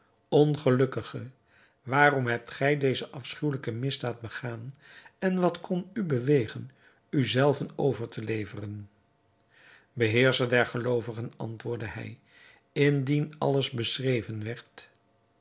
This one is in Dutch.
ongelukkige waarom hebt gij deze afschuwelijke misdaad begaan en wat kon u bewegen u zelven over te leveren beheerscher der geloovigen antwoordde hij indien alles beschreven werd